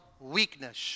weakness